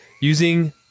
Using